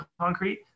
concrete